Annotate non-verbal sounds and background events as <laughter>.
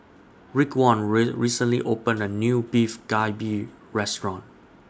Raekwon <unintelligible> recently opened A New Beef Galbi Restaurant